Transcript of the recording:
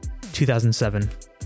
2007